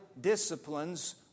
disciplines